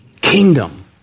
kingdom